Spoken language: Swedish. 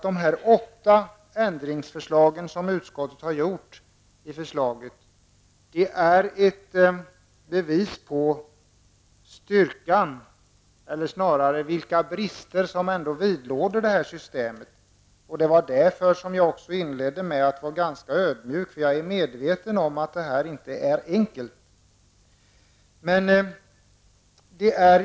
De 8 ändringar som utskottet har gjort i förslaget är bevis på styrka, men pekar samtidigt på de brister som ändå vidlåder systemet. Det var därför jag inledde med att vara ganska ödmjuk, för jag är medveten om att det inte är så enkelt.